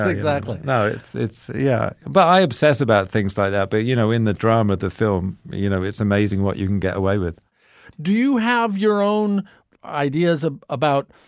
and exactly. no, it's. it's. yeah. but i obsess about things like that. but, you know, in the drama, the film, you know, it's amazing what you can get away with do you have your own ideas ah about,